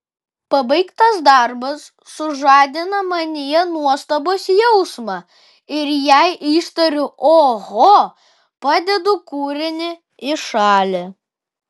pabaigtas darbas sužadina manyje nuostabos jausmą ir jei ištariu oho padedu kūrinį į šalį